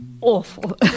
awful